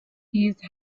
these